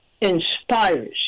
inspires